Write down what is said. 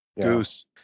goose